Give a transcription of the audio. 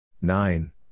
nine